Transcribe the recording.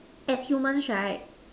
as humans right